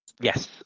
Yes